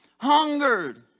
hungered